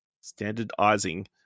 standardizing